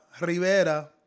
Rivera